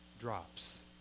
drops